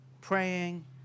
praying